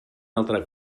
altre